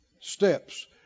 Steps